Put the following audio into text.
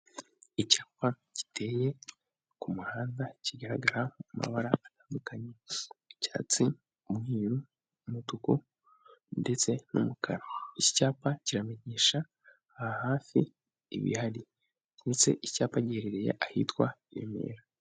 Icyapa giteye ku muhanda kigaragara mu mabara atandukanye: Icyatsi, umweru, umutuku ndetse n'umukara, iki cyapa kiramenyesha aha hafi ibihari ndetse iki icyapa giherereye ahitwa i Remera.